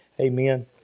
Amen